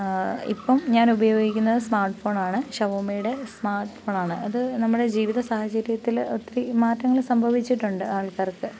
ഇപ്പം ഞാൻ ഉപയോഗിക്കുന്നത് സ്മാർട്ട് ഫോണാണ് ഷോമിയുടെ സ്മാർട്ട് ഫോണാണ് അത് നമ്മുടെ ജീവിത സാഹചര്യത്തിൽ ഒത്തിരി മാറ്റങ്ങൾ സംഭവിച്ചിട്ടുണ്ട് ആൾക്കാർക്ക്